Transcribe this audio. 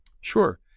Sure